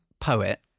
poet